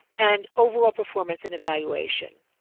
and overall performance and evaluation.